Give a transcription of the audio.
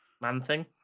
Man-Thing